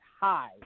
high